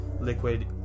liquid